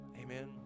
Amen